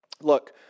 Look